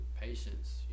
patience